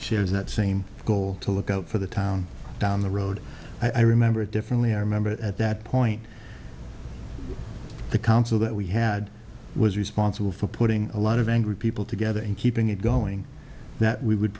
shares that same goal to look out for the town down the road i remember it differently i remember it at that point the council that we had was responsible for putting a lot of angry people together and keeping it going that we would